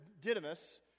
Didymus